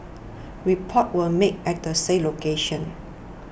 reports were made at the said location